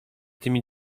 tymi